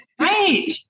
right